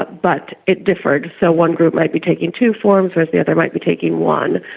but but it differed. so one group might be taking two forms, whereas the other might be taking one.